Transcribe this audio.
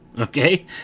Okay